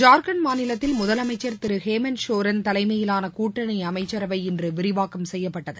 ஜார்கண்ட் மாநிலத்தில் முதலமைச்சர் திரு ஹேமந்த் சோரன் தலைமையிலான கூட்டணி அமைச்சரவை இன்று விரிவாக்கம் செய்யப்பட்டது